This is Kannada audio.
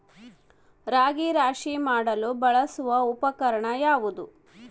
ರಾಗಿ ರಾಶಿ ಮಾಡಲು ಬಳಸುವ ಉಪಕರಣ ಯಾವುದು?